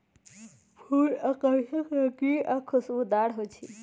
फूल आकर्षक रंगीन आ खुशबूदार हो ईछई